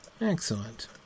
Excellent